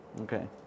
Okay